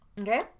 Okay